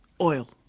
oil